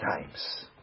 times